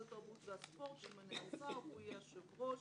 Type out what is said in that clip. התרבות והספורט שימנה השר שהוא יהיה היושב ראש,